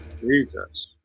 Jesus